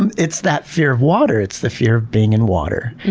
and it's that fear of water. it's the fear of being in water.